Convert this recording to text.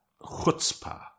chutzpah